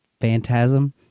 phantasm